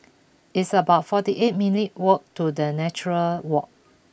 it's about forty eight minutes' walk to the Nature Walk